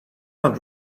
not